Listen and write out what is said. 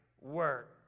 work